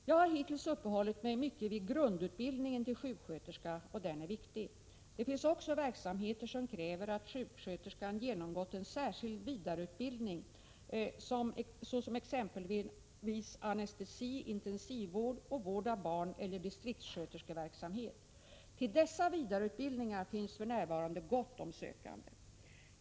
Jag har hittills uppehållit mig mycket vid grundutbildningen till sjuksköterska, och den är viktig. Det finns också verksamheter som kräver att sjuksköterskan genomgått en särskild vidareutbildning, såsom exempelvis anestesi, intensivvård och vård av barn eller distriktssköterskeverksamhet. Till dessa vidareutbildningar finns för närvarande gott om sökande.